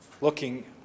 looking